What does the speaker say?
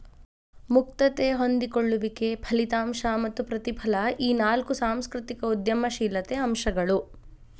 ಮುಕ್ತತೆ ಹೊಂದಿಕೊಳ್ಳುವಿಕೆ ಫಲಿತಾಂಶ ಮತ್ತ ಪ್ರತಿಫಲ ಈ ನಾಕು ಸಾಂಸ್ಕೃತಿಕ ಉದ್ಯಮಶೇಲತೆ ಅಂಶಗಳು